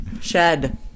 Shed